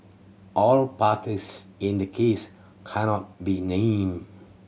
all parties in the case cannot be named